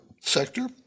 sector